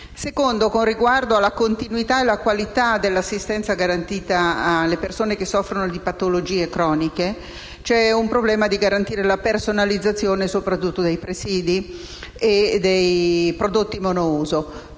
criteri. Con riguardo alla continuità e alla qualità dell'assistenza garantita alle persone che soffrono di patologie croniche, c'è il problema di garantire la personalizzazione soprattutto dei presidi e dei prodotti monouso.